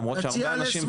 למרות שיש הרבה אנשים טובים.